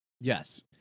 Yes